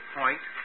point